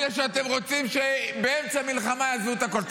אלה שאתם רוצים שבאמצע מלחמה יעזבו את הכול.